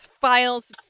Files